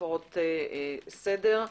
הפרות סדר,